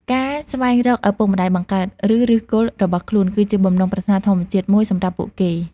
ការស្វែងរកឪពុកម្ដាយបង្កើត ឬឫសគល់របស់ខ្លួន គឺជាបំណងប្រាថ្នាធម្មជាតិមួយសម្រាប់ពួកគេ។